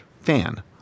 fan